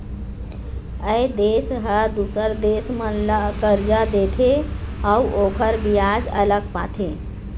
ए देश ह दूसर देश मन ल करजा देथे अउ ओखर बियाज अलग पाथे